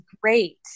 great